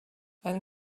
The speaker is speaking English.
and